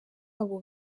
abo